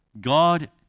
God